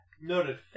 Noted